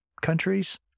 countries